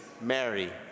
Mary